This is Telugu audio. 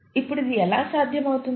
ఇప్పుడు అది ఎలా సాధ్యమవుతుంది